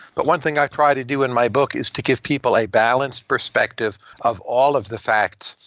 but one thing i tried to do in my book is to give people a balanced perspective of all of the facts.